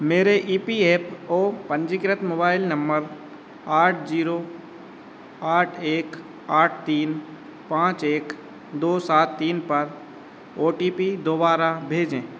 मेरे E P F O पंजीकृत mobile number आठ ज़ीरो आठ एक आठ तीन पाँच एक दो सात तीन पर ओ टी पी दोबारा भेजें